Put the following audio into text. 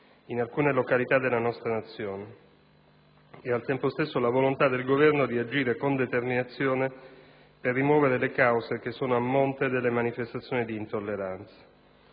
in alcune località della nostra Nazione e, al tempo stesso, la volontà del Governo di agire con determinazione per rimuovere le cause che sono a monte delle manifestazioni di intolleranza.